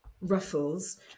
ruffles